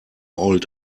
old